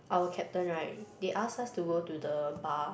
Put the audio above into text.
our captain right they ask us to go the bar